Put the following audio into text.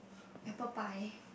apple pie